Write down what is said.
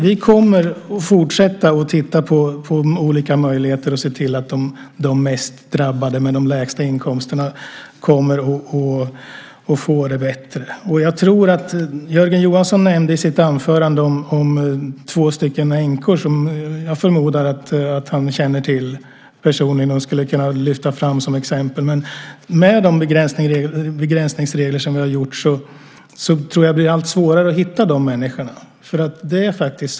Vi kommer att fortsätta att titta på olika möjligheter och se till att de mest drabbade med de lägsta inkomsterna kommer att få det bättre. Jörgen Johansson nämnde i sitt anförande två änkor som jag förmodar att han känner till personligen och skulle kunna lyfta fram som exempel. Med de begränsningsregler som vi har gjort tror jag att det blir allt svårare att hitta de människorna.